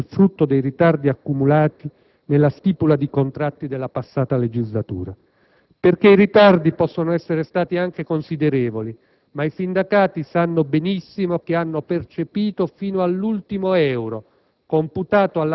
sarebbero il frutto dei ritardi accumulati nella stipula di contratti della passata legislatura, perché i ritardi possono essere stati anche considerevoli, ma i sindacati sanno benissimo che hanno percepito fin all'ultimo euro